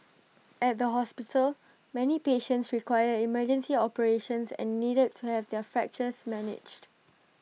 at the hospital many patients required emergency operations and needed to have their fractures managed